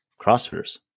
CrossFitters